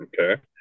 Okay